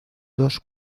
dos